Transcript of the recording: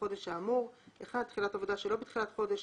שבחודש האמור: תחילת עבודה שלא בתחילת חודש,